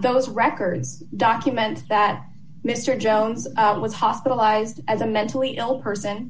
those records document that mr jones was hospitalized as a mentally ill person